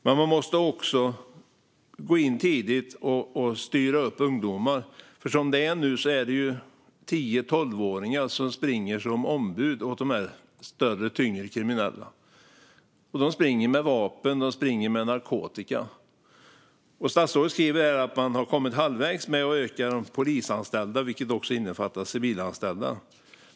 Men man måste också gå in tidigt och styra upp ungdomar, för som det är nu är det tio till tolvåringar som springer som ombud åt de större och tyngre kriminella. De springer med vapen, och de springer med narkotika. Statsrådet skriver att man har kommit halvvägs med att öka antalet polisanställda, vilket också innefattar civilanställda.